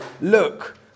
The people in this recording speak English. look